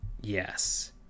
Yes